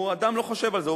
אדם לא חושב על זה.